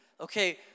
okay